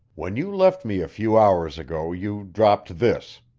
when you left me a few hours ago you dropped this.